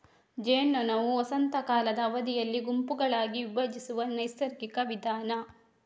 ಜೇನ್ನೊಣವು ವಸಂತ ಕಾಲದ ಅವಧಿಯಲ್ಲಿ ಗುಂಪುಗಳಾಗಿ ವಿಭಜಿಸುವ ನೈಸರ್ಗಿಕ ವಿಧಾನ